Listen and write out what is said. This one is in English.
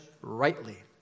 rightly